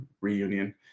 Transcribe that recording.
reunion